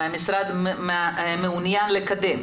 שהמשרד מעוניין לקדם,